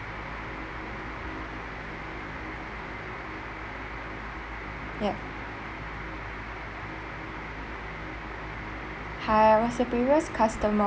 yup hi I was a previous customer